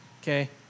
okay